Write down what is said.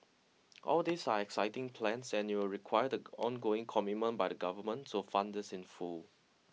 all these are exciting plans and it will require the ongoing commitment by the government to fund this in full